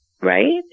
Right